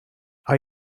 are